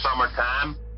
summertime